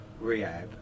rehab